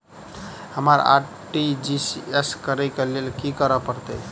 हमरा आर.टी.जी.एस करऽ केँ लेल की करऽ पड़तै?